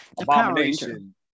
Abomination